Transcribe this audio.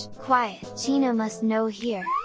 quiet! chino must no hear!